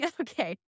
Okay